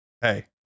Hey